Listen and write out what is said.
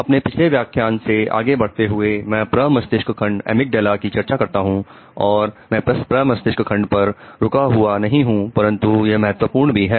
अपने पिछले व्याख्यान से आगे बढ़ते हुए मैं प्रमस्तिष्क खंड की चर्चा करता हूं और मैं प्रमस्तिष्क खंड पर रुका हुआ नहीं हूं परंतु यह महत्वपूर्ण भी है